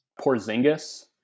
Porzingis